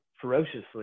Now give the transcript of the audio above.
ferociously